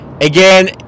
Again